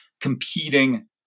competing